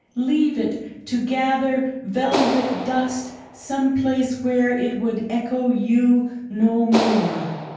leave it to gather velvet dust someplace where it would echo you no more.